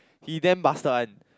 he damn bastard one